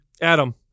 Adam